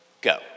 go